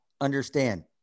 understand